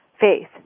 faith